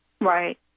Right